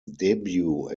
debut